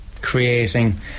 creating